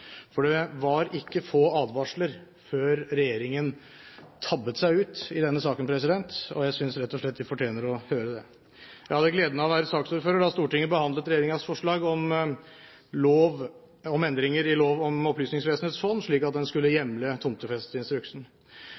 For det var ikke få advarsler før regjeringen tabbet seg ut i denne saken, og jeg synes rett og slett de fortjener å høre det. Jeg hadde gleden av å være saksordfører da Stortinget behandlet regjeringens forslag om lov om endring i lov om Opplysningsvesenets fond, slik at den skulle hjemle tomtefesteinstruksen.